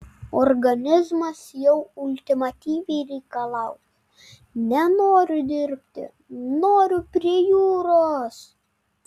organizmas jau ultimatyviai reikalauja nenoriu dirbti noriu prie jūros